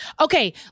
Okay